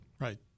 Right